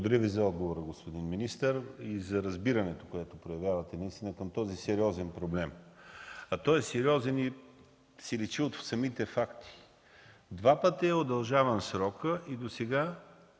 Благодаря Ви за отговора, господин министър, и за разбирането, което проявявате към този сериозен проблем. Той е сериозен, което личи от самите факти: два пъти е удължаван срокът и досега